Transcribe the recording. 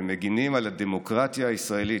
והם מגינים על הדמוקרטיה הישראלית,